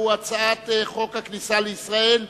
הצעת חוק הכניסה לישראל (תיקון,